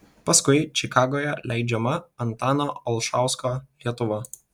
paskui čikagoje leidžiama antano olšausko lietuva